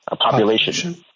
Population